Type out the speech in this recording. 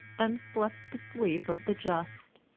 and slept the sleep of the just,